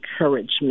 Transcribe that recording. encouragement